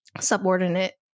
Subordinate